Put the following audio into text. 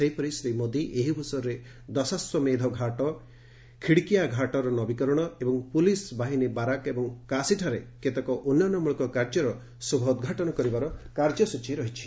ସେହିପରି ଶ୍ରୀ ମୋଦି ଏହି ଅବସରରେ ଦଶାଶ୍ୱମେଧ ଘାଟ ଖିଡ୍କିୟା ଘାଟର ନବୀକରଣ ଏବଂ ପୁଲିସ୍ ବାହିନୀ ବାରାକ ଏବଂ କାଶୀଠାରେ କେତେକ ଉନ୍ନୟନମୂଳକ କାର୍ଯ୍ୟର ଶୁଭ ଉଦ୍ଘାଟନ କରିବାର କାର୍ଯ୍ୟସ୍ଟଚୀ ରହିଛି